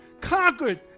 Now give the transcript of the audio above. conquered